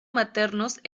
maternos